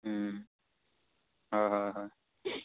হয় হয় হয়